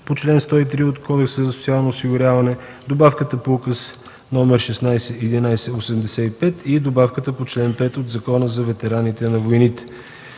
по чл. 103 от Кодекса за социално осигуряване, добавката по Указ № 1611/85 г. и добавката по чл. 5 от Закона за ветераните от войните.